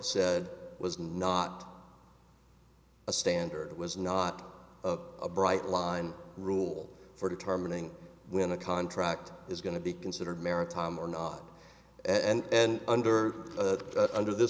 said was not a standard was not a bright line rule for determining when a contract is going to be considered maritime or not and under under th